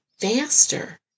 faster